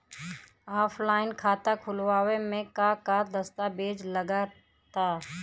Offline खाता खुलावे म का का दस्तावेज लगा ता?